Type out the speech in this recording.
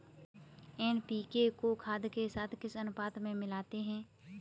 NPK को खाद के साथ किस अनुपात में मिलाते हैं?